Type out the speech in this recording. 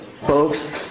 folks